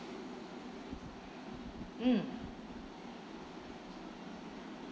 mm